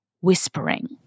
whispering